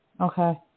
Okay